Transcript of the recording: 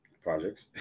Projects